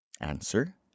Answer